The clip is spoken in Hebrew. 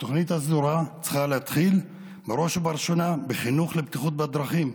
והתוכנית הסדורה צריכה להתחיל בראש וראשונה בחינוך לבטיחות בדרכים.